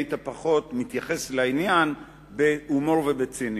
היית מתייחס לעניין פחות בהומור ובציניות.